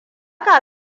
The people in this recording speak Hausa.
ka